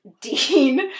Dean